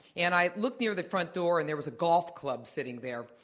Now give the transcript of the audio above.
and i looked near the front door, and there was a golf club sitting there.